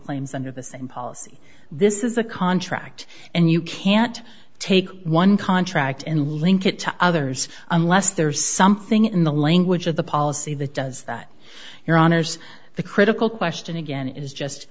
claims under the same policy this is a contract and you can't take one contract and link it to others unless there's something in the language of the policy that does that your honour's the critical question again is just